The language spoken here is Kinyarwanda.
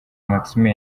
maxime